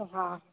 हा